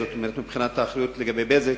מבחינת האחריות לגבי "בזק".